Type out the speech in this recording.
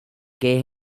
que